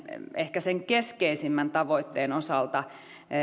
ehkä sen keskeisimmän tavoitteen osalta